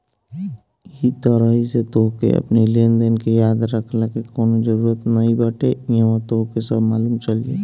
इ तरही से तोहके अपनी लेनदेन के याद रखला के कवनो जरुरत नाइ बाटे इहवा तोहके सब मालुम चल जाई